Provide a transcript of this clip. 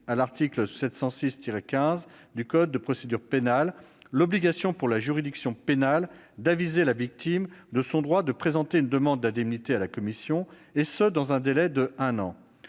à l'article 706-15 du code de procédure pénale, l'obligation pour la juridiction pénale d'aviser la victime de son droit de présenter une demande d'indemnité à la commission, et ce dans un délai d'un an.